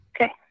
Okay